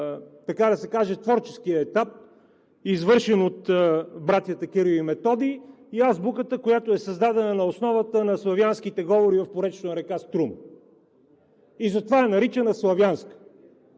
така да се каже, творческият етап, извършен от братята Кирил и Методий, и азбуката, която е създадена на основата на славянските говори в поречието на река Струма, и затова е наричана „славянска“.